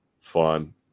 fun